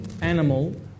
animal